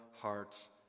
hearts